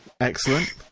Excellent